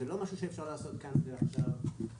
זה לא משהו שאפשר לעשות כאן ועכשיו אלא